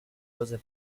cose